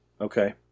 Okay